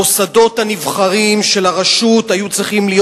המוסדות הנבחרים של הרשות היו צריכים להיות